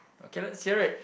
okay let's hear it